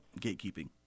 gatekeeping